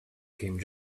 came